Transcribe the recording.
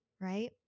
right